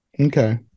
okay